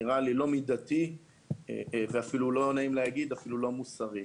נראה לי לא מידתי ואפילו לא נעים להגיד - לא מוסרי.